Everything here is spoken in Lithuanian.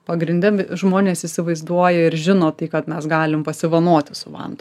pagrinde žmonės įsivaizduoja ir žino tai kad mes galim pasivanoti su vantom